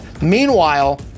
Meanwhile